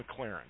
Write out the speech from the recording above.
McLaren